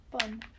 Fun